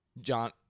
John